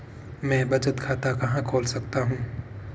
मैं बचत खाता कहां खोल सकता हूं?